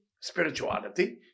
spirituality